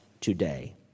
today